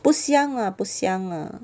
不香 ah 不香 ha